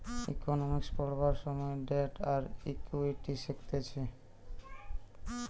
economics পড়বার সময় debt আর ইকুইটি শিখতিছে